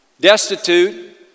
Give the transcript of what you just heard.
Destitute